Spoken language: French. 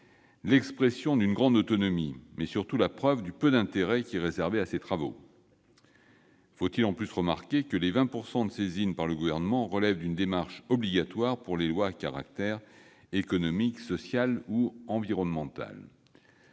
l'expression d'une grande autonomie, mais surtout la preuve du peu d'intérêt qui est réservé à ses travaux. Faut-il de surcroît remarquer que les 20 % de saisine par le Gouvernement relèvent d'une démarche obligatoire pour les lois à caractère économique, social ou environnemental